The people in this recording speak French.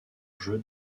jeu